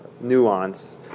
nuance